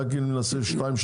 רק אם נעשה שתיים,